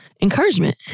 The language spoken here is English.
encouragement